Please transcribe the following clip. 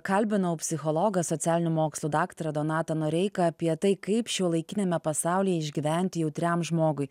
kalbinau psichologą socialinių mokslų daktarą donatą noreiką apie tai kaip šiuolaikiniame pasaulyje išgyventi jautriam žmogui